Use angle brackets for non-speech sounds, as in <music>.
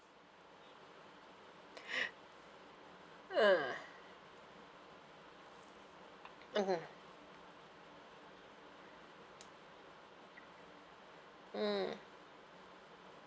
<breath> ah mmhmm mm